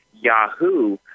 Yahoo